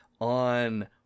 on